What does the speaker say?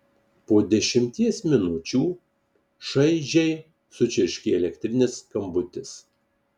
po dešimties minučių šaižiai sučirškė elektrinis skambutis